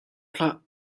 hlah